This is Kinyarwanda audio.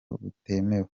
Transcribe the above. butemewe